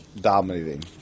dominating